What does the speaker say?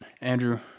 Andrew